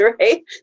right